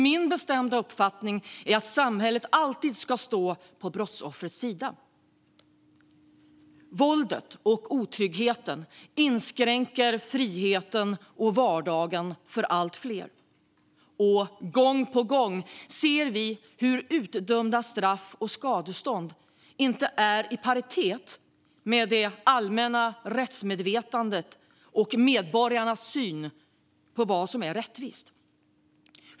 Min bestämda uppfattning är att samhället alltid ska stå på brottsoffrets sida. Våldet och otryggheten inskränker friheten för allt fler i vardagen. Och gång på gång ser vi att utdömda straff och skadestånd inte är i paritet med det allmänna rättsmedvetandet och med medborgarnas syn på vad som är rättvist.